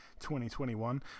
2021